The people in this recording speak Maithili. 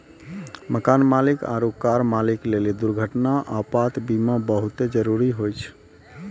मकान मालिक आरु कार मालिक लेली दुर्घटना, आपात बीमा बहुते जरुरी होय छै